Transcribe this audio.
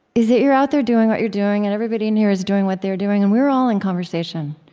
is that you're out there doing what you're doing, and everybody in here is doing what they're doing, and we're all in conversation.